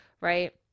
right